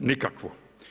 Nikakvu.